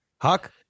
Huck